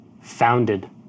founded